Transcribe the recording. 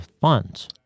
funds